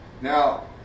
Now